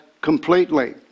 completely